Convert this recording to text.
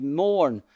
mourn